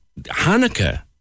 Hanukkah